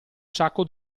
sacco